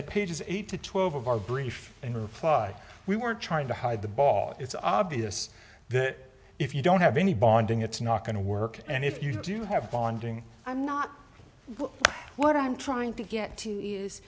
at pages eight to twelve of our brief and reply we weren't trying to hide the ball it's obvious that if you don't have any bonding it's not going to work and if you do have bonding i'm not what i'm trying to get to